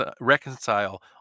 reconcile